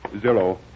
Zero